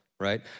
right